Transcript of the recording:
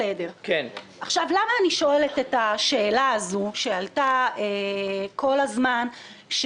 עכשיו למה אני שואלת את השאלה הזו שעלתה כל הזמן.